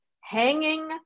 hanging